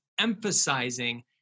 emphasizing